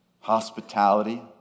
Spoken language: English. Hospitality